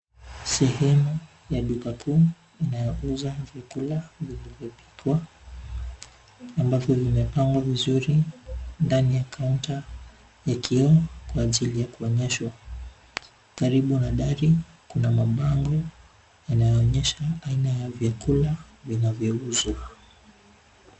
Sehemu ya duka kuu inayouza vyakula vile vimepikwa, ambavyo vimepangwa vizuri ndani ya kaunta ya kioo kwa ajili ya kuonyeshwa. Karibu na dari kuna mabango inayoonyesha aina ya vyakula vinavyouzwa.